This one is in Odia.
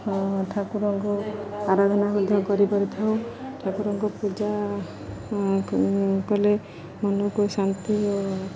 ଠାକୁରଙ୍କୁ ଆରାଧନା ମଧ୍ୟ କରିପାରିଥାଉ ଠାକୁରଙ୍କ ପୂଜା କଲେ ମନକୁ ଶାନ୍ତି ଓ